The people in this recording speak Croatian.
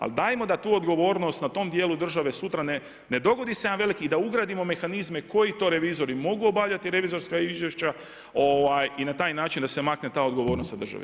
Ali, dajmo da tu odgovornost na tom dijelu države sutra ne dogodi se jedan veliki i da ugradimo mehanizme, koji to revizori mogu obavljati revizorska izvješća i na taj način da se makne ta odgovornost od države.